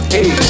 Hey